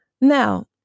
Now